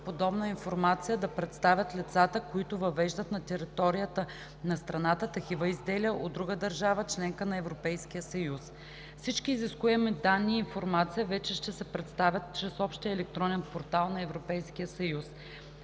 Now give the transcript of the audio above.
подобна информация да предоставят лицата, които въвеждат на територията на страната такива изделия от друга държава – членка на Европейския съюз. Всички изискуеми данни и информация вече ще се предоставят чрез Общия електронен портал на Европейския съюз.